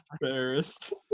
embarrassed